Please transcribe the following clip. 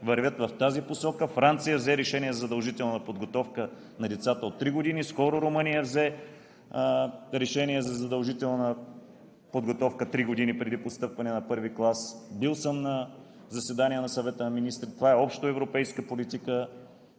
вървят в тази посока. Франция взе решение за задължителна подготовка на децата от 3 години, скоро Румъния взе решение за задължителна подготовка три години преди постъпване в I клас. Бил съм на заседание на Съвета на министрите, това е общоевропейска политика.